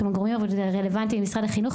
עם הגורמים הרלוונטיים במשרד החינוך,